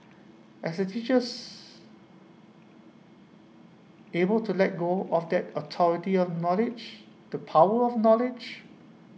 as teachers able to let go of that authority of knowledge the power of knowledge